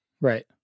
Right